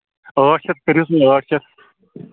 ٲٹھ شَتھ کٔرۍہوٗس وۅنۍ ٲٹھ شَتھ